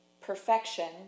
perfection